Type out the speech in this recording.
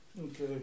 Okay